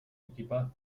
equipadas